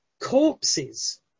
corpses